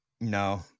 No